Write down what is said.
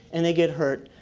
and they get hurt.